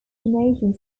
donations